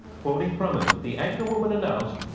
quoting from it, the anchorwoman announced,